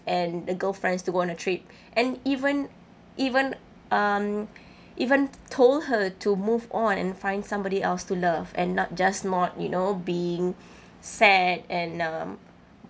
and the girlfriends to go on a trip and even even um even told her to move on and find somebody else to love and not just not you know being sad and um